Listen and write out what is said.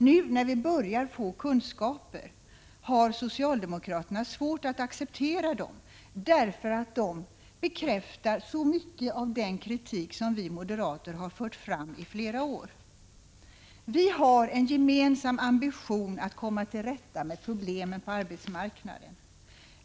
Nu när vi börjar få kunskaper har socialdemokraterna svårt att acceptera dem, därför att de bekräftar så mycket av den kritik som vi moderater fört fram i flera år. Vi har en gemensam ambition att komma till rätta med problemen på arbetsmarknaden.